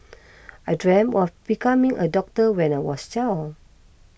I dreamt of becoming a doctor when I was child